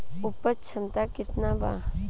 उपज क्षमता केतना वा?